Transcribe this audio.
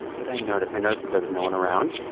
what did i notice? i noticed that there was no one around.